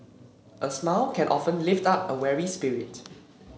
a smile can often lift up a weary spirit